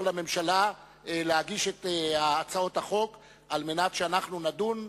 לממשלה להגיש את הצעת החוק כדי שאנחנו נדון,